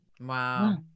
Wow